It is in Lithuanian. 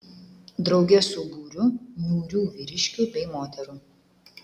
drauge su būriu niūrių vyriškių bei moterų